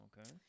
Okay